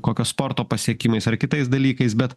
kokio sporto pasiekimais ar kitais dalykais bet